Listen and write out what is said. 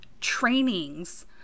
trainings